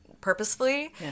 purposefully